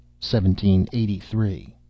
1783